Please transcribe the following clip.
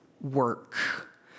work